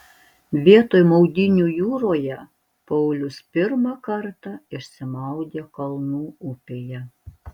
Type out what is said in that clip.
vietoj maudynių jūroje paulius pirmą kartą išsimaudė kalnų upėje